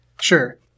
sure